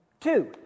Two